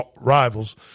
rivals